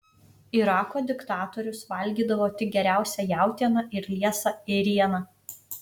irako diktatorius valgydavo tik geriausią jautieną ir liesą ėrieną